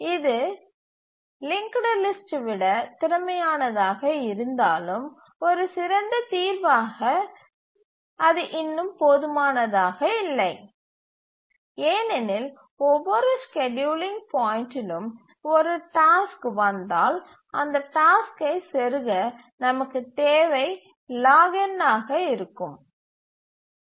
இது linked list விட திறமையானதாக இருந்தாலும் ஒரு சிறந்த தீர்வாக அது இன்னும் போதுமானதாக இல்லை ஏனெனில் ஒவ்வொரு ஸ்கேட்யூலிங் பாயிண்ட்டிலும் ஒரு டாஸ்க் வந்தால் அந்த டாஸ்க்கை செருக நமக்குத் தேவை log n ஆக இருக்கும் ஹீப்